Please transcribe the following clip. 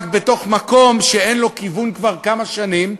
רק בתוך מקום שאין לו כיוון כבר כמה שנים,